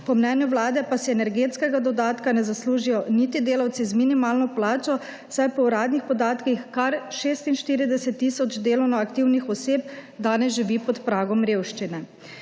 po mnenju Vlade pa si energetskega dodatka ne zaslužijo niti delavci z minimalno plačo, saj po uradnih podatkih kar 46 tisoč delovno aktivnih oseb danes živi pod pragom revščine.